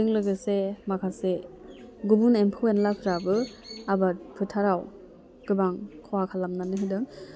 बेजों लोगोसे माखासे गुबुन एम्फौ एनलाफ्राबो आबाद फोथाराव गोबां खहा खालामनानै होदों